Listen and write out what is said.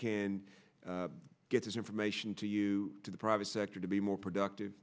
can can get this information to you to the private sector to be more productive